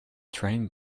train